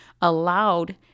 allowed